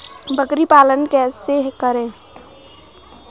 बकरी पालन कैसे करें?